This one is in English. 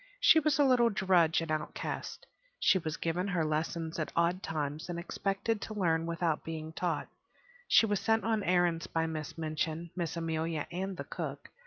she was a little drudge and outcast she was given her lessons at odd times and expected to learn without being taught she was sent on errands by miss minchin, miss amelia and the cook.